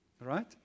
right